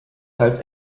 teils